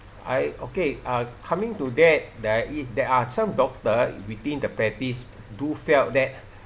I okay uh coming to that there is there are some doctor within the practice do felt that